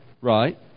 Right